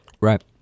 Right